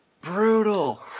Brutal